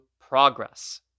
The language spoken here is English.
progress